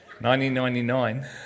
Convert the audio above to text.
1999